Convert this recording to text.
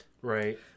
right